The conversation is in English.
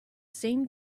same